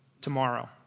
Tomorrow